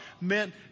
meant